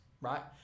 right